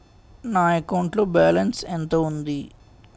నా అకౌంట్ లో బాలన్స్ ఎంత ఉంది?